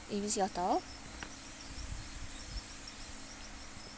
A B C hotel